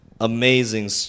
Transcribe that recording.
amazing